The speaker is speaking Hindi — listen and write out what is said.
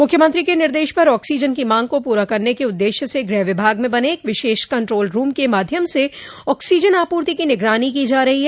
मुख्यमंत्री के निर्देश पर ऑक्सीजन की मांग को पूरा करने के उद्देश्य से गृह विभाग में बने एक विशेष कंट्रोल रूम के माध्यम से ऑक्सीजन आपूर्ति की निगरानी की जा रही है